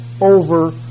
over